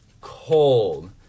cold